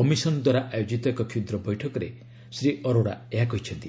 commission ଦ୍ୱାରା ଆୟୋଜିତ ଏକ କ୍ଷୁଦ୍ର ବୈଠକରେ ଶ୍ରୀ ଅରୋଡା ଏହା କହିଛନ୍ତି